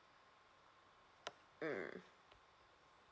mm